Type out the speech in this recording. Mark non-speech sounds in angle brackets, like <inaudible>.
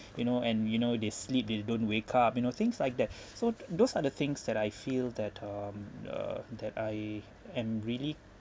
you know and we know they sleep and they don't wake up you know things like that <breath> so those are the things that I feel that um uh that I am really